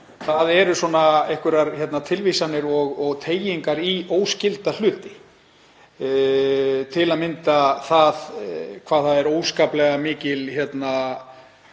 núna, eru einhverjar tilvísanir og tengingar í óskylda hluti, til að mynda hvað það er óskaplega mikil ágjöf